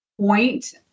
point